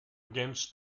against